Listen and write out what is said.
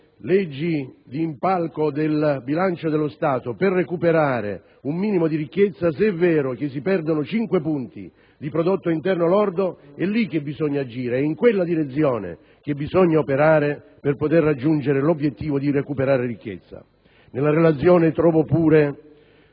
leggi di impalco del bilancio dello Stato per recuperare un minimo di ricchezza, se è vero che in quell'ambito si perdono cinque punti del prodotto interno lordo, è lì che bisogna agire, è in quella direzione che bisogna operare per poter raggiungere l'obiettivo di recuperare ricchezza. Nella relazione trovo pure